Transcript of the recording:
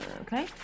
Okay